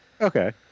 Okay